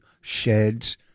sheds